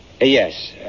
Yes